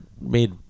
made